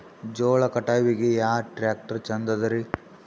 ಜೋಳ ಕಟಾವಿಗಿ ಯಾ ಟ್ಯ್ರಾಕ್ಟರ ಛಂದದರಿ?